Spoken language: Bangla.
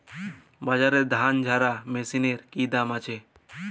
বাজারে ধান ঝারা মেশিনের কি দাম আছে?